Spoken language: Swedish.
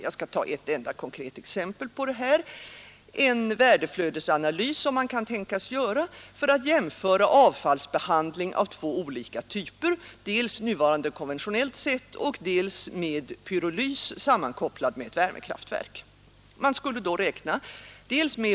Jag skall ta ett enda konkret exempel på detta nämligen en värdeflödesanalys som kan tänkas bli gjord för att jämföra avfallsbehandling av två olika typer, dels på nuvarande konventionellt sätt, dels med pyrolys sammankopplat med ett värmekraftverk.